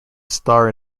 star